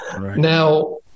Now